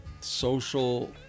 social